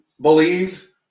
believe